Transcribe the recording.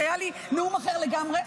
כי היה לי נאום אחר לגמרי,